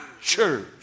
church